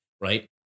right